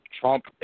Trump